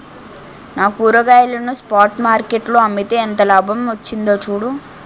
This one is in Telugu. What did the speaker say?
నా కూరగాయలను స్పాట్ మార్కెట్ లో అమ్మితే ఎంత లాభం వచ్చిందో చూడు